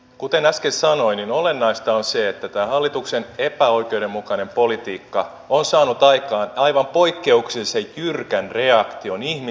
kuten äsken sanoin olennaista on siirtää hallituksen epäoikeudenmukainen politiikka on saanut aikaan aivan poikkeuksellisen jyrkän asiakohtaan